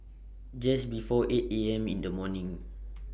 Just before eight A M in The morning